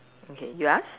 okay you ask